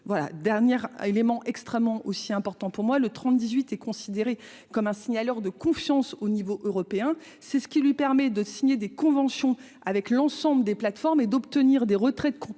voilà dernière élément extrêmement aussi important pour moi, le 30 18 est considéré comme un signal heures de confiance au niveau européen, c'est ce qui lui permet de signer des conventions avec l'ensemble des plateformes et d'obtenir des retraits de contenus